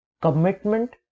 commitment